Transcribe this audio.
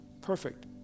Perfect